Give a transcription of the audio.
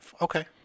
Okay